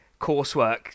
coursework